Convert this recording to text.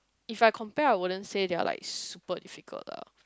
if I compare I wouldn't say they are like super difficult ah